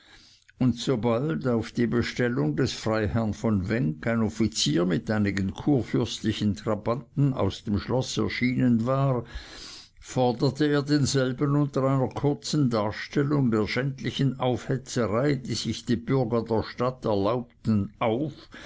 und sobald auf die bestellung des freiherrn von wenk ein offizier mit einigen kurfürstlichen trabanten aus dem schloß erschienen war forderte er denselben unter einer kurzen darstellung der schändlichen aufhetzerei die sich die bürger der stadt erlaubten auf